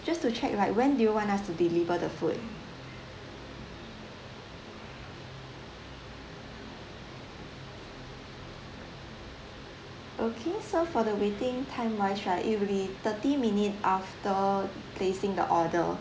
just to check like when do you want us to deliver the food okay so for the waiting time wise right it will be every thirty minutes after placing the order